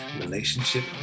Relationship